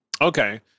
okay